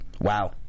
wow